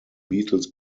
beatles